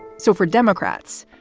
so for democrats,